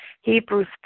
Hebrews